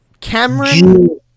Cameron